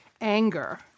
anger